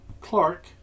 Clark